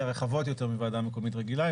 הן רחבות יותר מוועדה מקומית רגילה,